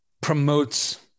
promotes